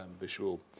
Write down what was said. visual